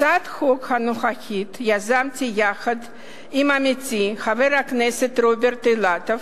את הצעת החוק הנוכחית יזמתי יחד עם עמיתי חבר הכנסת רוברט אילטוב,